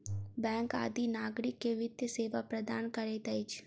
bank आदि नागरिक के वित्तीय सेवा प्रदान करैत अछि